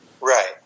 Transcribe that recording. Right